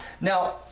Now